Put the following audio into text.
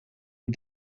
een